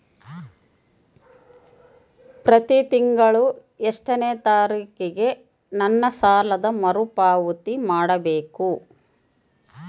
ಪ್ರತಿ ತಿಂಗಳು ಎಷ್ಟನೇ ತಾರೇಕಿಗೆ ನನ್ನ ಸಾಲದ ಮರುಪಾವತಿ ಮಾಡಬೇಕು?